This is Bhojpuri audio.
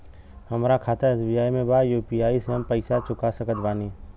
हमारा खाता एस.बी.आई में बा यू.पी.आई से हम पैसा चुका सकत बानी?